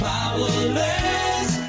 Powerless